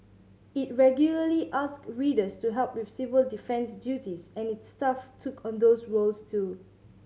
it regularly asked readers to help with civil defence duties and its staff took on those roles too